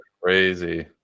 crazy